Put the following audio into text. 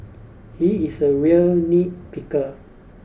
he is a real nitpicker